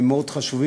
והם מאוד חשובים,